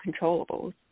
controllables